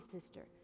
sister